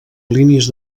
línies